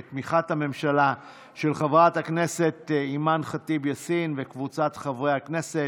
של חברת הכנסת אימאן ח'טיב יאסין וקבוצת חברי הכנסת,